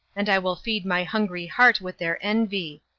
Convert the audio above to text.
and i will feed my hungry heart with their envy.